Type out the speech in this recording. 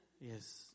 Yes